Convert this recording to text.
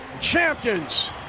champions